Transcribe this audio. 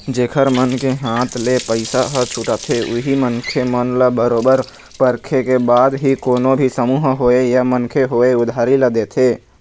जेखर मन के हाथ ले पइसा ह छूटाथे उही मनखे मन ल बरोबर परखे के बाद ही कोनो भी समूह होवय या मनखे होवय उधारी ल देथे